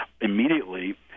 immediately